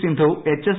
Sindhu HS